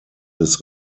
des